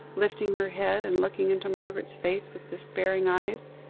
lifting her head, and looking into margaret's face with despairing eyes.